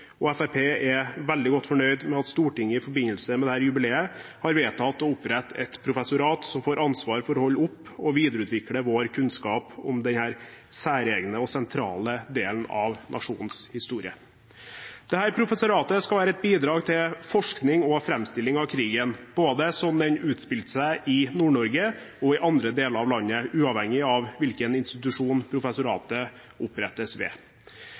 er veldig godt fornøyd med at Stortinget i forbindelse med dette jubileet har vedtatt å opprette et professorat som får ansvar for å holde oppe og videreutvikle vår kunnskap om denne særegne og sentrale delen av nasjonens historie. Dette professoratet skal være et bidrag til forskning og framstilling av krigen slik den utspilte seg både i Nord-Norge og i andre deler av landet, uavhengig av hvilken institusjon professoratet opprettes ved.